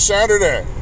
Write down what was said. Saturday